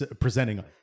presenting